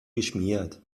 geschmiert